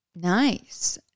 nice